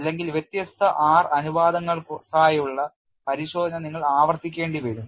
അല്ലെങ്കിൽ വ്യത്യസ്ത R അനുപാതങ്ങൾക്കായുള്ള പരിശോധന നിങ്ങൾ ആവർത്തിക്കേണ്ടിവരും